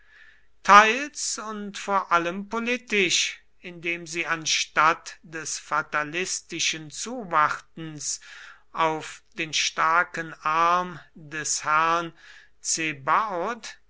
teils und vor allem politisch indem sie anstatt des fatalistischen zuwartens auf den starken arm des herrn